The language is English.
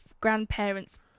grandparents